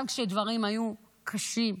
גם כשדברים היו קשים,